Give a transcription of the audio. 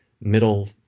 middle